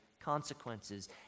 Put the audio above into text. consequences